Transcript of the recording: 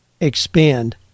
expand